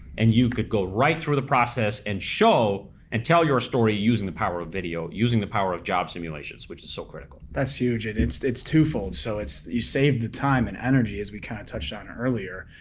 and you could go right through the process and show and tell your story using the power of video, using the power of job simulations, which is so critical. that's huge and it's it's two fold. so it's you save the time and energy, as we kinda touched on earlier.